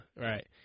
right